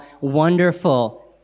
wonderful